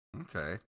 Okay